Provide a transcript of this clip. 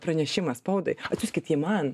pranešimą spaudai atsiųskit jį man